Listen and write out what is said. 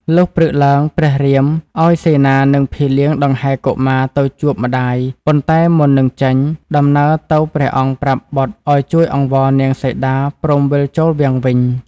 លុះព្រឹកឡើងព្រះរាម ឱ្យសេនានិងភីលៀងដង្ហែកុមារទៅជួបម្តាយប៉ុន្តែមុននឹងចេញ ដំណើរទៅព្រះអង្គប្រាប់បុត្រ ឱ្យជួយអង្វរនាងសីតាព្រមវិលចូលរាំងវិញ។